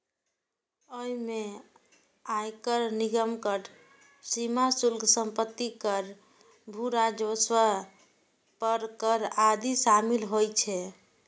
अय मे आयकर, निगम कर, सीमा शुल्क, संपत्ति कर, भू राजस्व पर कर आदि शामिल होइ छै